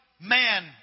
man